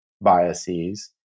biases